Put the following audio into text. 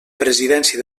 presidència